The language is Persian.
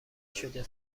شده